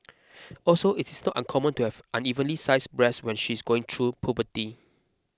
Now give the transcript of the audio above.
also it is not uncommon to have unevenly sized breasts when she is going through puberty